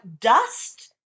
dust